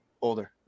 Older